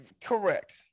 Correct